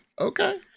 okay